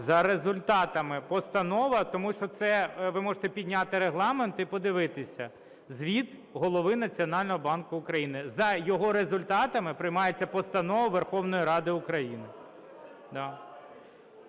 За результатами постанова, тому що це… Ви можете підняти Регламент і подивитися: звіт Голови Національного банку України. За його результатами приймається постанова Верховної Ради України.